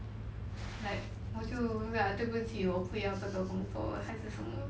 like 我就对不起我不要这个工作还是什么的